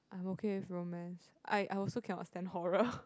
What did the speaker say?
I'm okay with romance I I also cannot stand horror